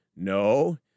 No